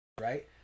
right